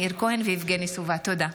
מאיר כהן ויבגני סובה בנושא: